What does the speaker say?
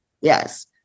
Yes